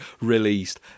released